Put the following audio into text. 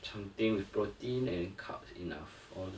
something with protein and carbs enough all